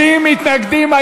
59 מתנגדים.